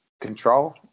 control